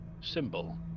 symbol